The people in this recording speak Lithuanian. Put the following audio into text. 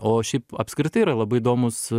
o šiaip apskritai yra labai įdomus